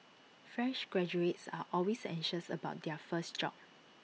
fresh graduates are always anxious about their first job